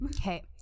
Okay